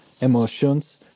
emotions